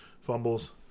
fumbles